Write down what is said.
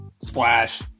splash